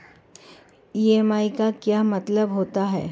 EMI का क्या मतलब होता है?